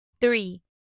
Three